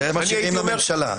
זה היה מתאים לממשלה.